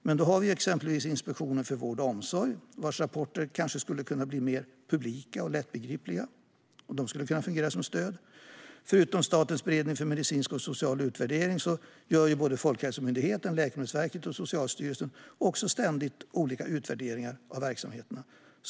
Men vi har ju exempelvis Inspektionen för vård och omsorg, vars rapporter kanske skulle kunna bli mer publika och kunna fungera som stöd. Förutom Statens beredning för medicinsk och social utvärdering gör både Folkhälsomyndigheten, Läkemedelsverket och Socialstyrelsen ständigt olika utvärderingar av verksamheterna.